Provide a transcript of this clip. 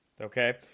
Okay